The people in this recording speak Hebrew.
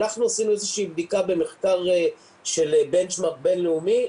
אנחנו עשינו איזושהי בדיקה במחקר של בנצ'מרק בין-לאומי.